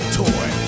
toy